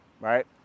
right